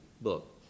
book